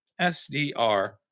sdr